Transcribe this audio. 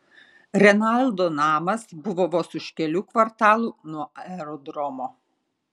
renaldo namas buvo vos už kelių kvartalų nuo aerodromo